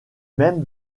même